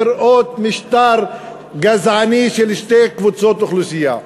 לראות משטר גזעני של שתי קבוצות אוכלוסייה.